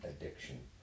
addiction